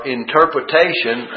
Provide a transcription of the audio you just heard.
interpretation